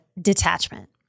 detachment